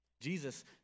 Jesus